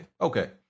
okay